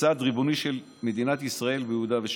כצעד ריבוני של מדינת ישראל ביהודה ושומרון.